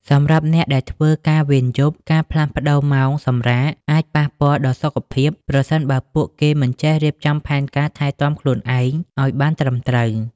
សម្រាប់អ្នកដែលធ្វើការវេនយប់ ការផ្លាស់ប្តូរម៉ោងសម្រាកអាចប៉ះពាល់ដល់សុខភាព ប្រសិនបើពួកគេមិនចេះរៀបចំផែនការថែទាំខ្លួនឯងឱ្យបានត្រឹមត្រូវ។